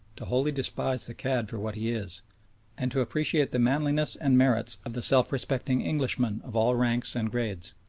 to wholly despise the cad for what he is and to appreciate the manliness and merits of the self-respecting englishman of all ranks and grades.